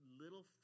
little